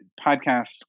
podcast